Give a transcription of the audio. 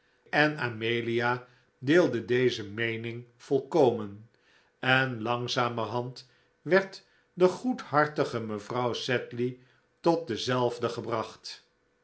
en amelia deelde deze meening volkomen en langzamerhand werd de goedhartige mevrouw sedley tot dezelfde gebracht